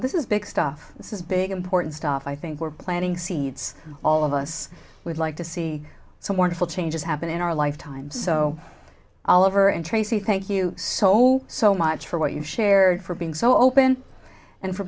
this is big stuff this is big important stuff i think we're planning seeds all of us would like to see some wonderful changes happen in our lifetime so oliver and tracy thank you so so much for what you shared for being so open and for